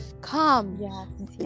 Come